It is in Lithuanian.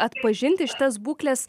atpažinti šitas būkles